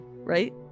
right